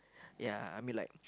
yeah I mean like